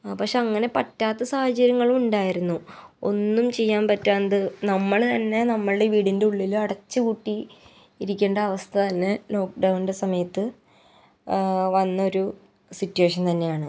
പക്ഷേ അങ്ങനെ പറ്റാത്ത സാഹചര്യങ്ങളുണ്ടാരുന്നു ഒന്നും ചെയ്യാമ്പറ്റാന്ത് നമ്മൾ തന്നെ നമ്മളുടെ വീടിന്റ്ള്ളിലടച്ച് പൂട്ടി ഇരിക്കേണ്ട അവസ്ഥ തന്നെ ലോക്ക് ടൗൺൻ്റെ സമയത്ത് വന്നൊരു സിറ്റ്വേഷൻ തന്നെയാണ്